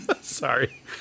sorry